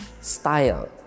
style